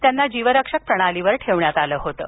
त्यांना जीवरक्षक प्रणालीवर ठेवण्यात आलं होतं